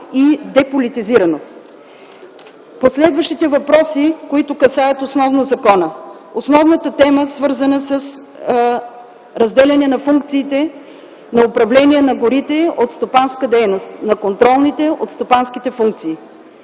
и деполитизирано. По следващите въпроси, които касаят основно закона. Основната тема е свързана с разделяне на функциите на управление на горите от стопанска дейност – на контролните от стопанските функции.